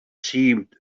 seemed